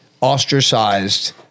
ostracized